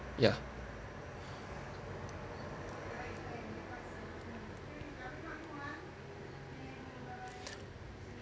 yup